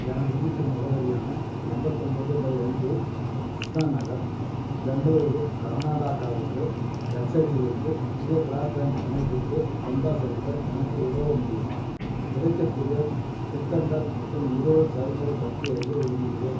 எனது வீட்டு முகவரியான எண்பத்து ஒம்போது பை ஐந்து கிருஷ்ணா நகர் பெங்களூரு கர்நாடகாவுக்கு எக்ஸைட்டில் இலிருந்து புதிய பிராட்பேண்ட் இணைப்புக்கு சந்தா செலுத்த எனக்கு உதவ முடியுமா கிடைக்கக்கூடிய திட்டங்கள் மற்றும் நிறுவல் செயல்முறை பற்றி அறிய விரும்புகிறேன்